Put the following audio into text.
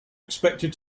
expected